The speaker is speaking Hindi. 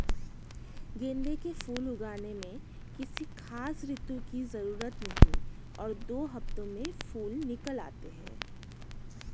गेंदे के फूल उगाने में किसी खास ऋतू की जरूरत नहीं और दो हफ्तों में फूल निकल आते हैं